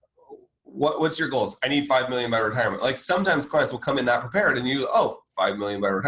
what was your goals? i need five million by retirement, like sometimes clients will come in not prepared and you, oh, five million by